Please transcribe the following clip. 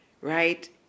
right